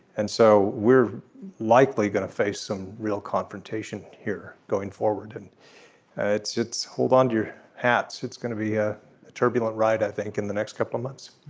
and so we're likely going to face some real confrontation here going forward. ah it's it's hold on your hats. it's going to be a turbulent ride i think in the next couple of months